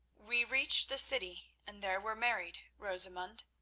we reached the city, and there were married, rosamund.